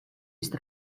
ist